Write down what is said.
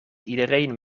iedereen